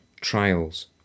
trials